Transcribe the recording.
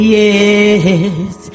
yes